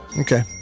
Okay